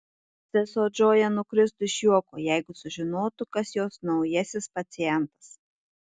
sesuo džoja nukristų iš juoko jeigu sužinotų kas jos naujasis pacientas